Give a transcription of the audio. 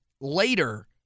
later